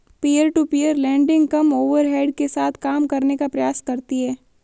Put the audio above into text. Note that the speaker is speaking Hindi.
पीयर टू पीयर लेंडिंग कम ओवरहेड के साथ काम करने का प्रयास करती हैं